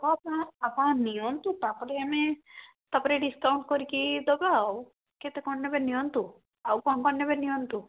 ହଁ ଆପଣ ଆପଣ ନିଅନ୍ତୁ ତା'ପରେ ଆମେ ତା'ପରେ ଡ଼ିସ୍କାଉଣ୍ଟ କରିକି ଦେବା ଆଉ କେତେ କ'ଣ ନେବେ ନିଅନ୍ତୁ ଆଉ କ'ଣ କ'ଣ ନେବେ ନିଅନ୍ତୁ